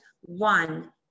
One